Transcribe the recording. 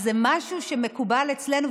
אז זה משהו שמקובל אצלנו,